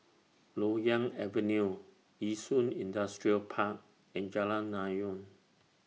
Loyang Avenue Yishun Industrial Park and Jalan Naung